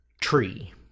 tree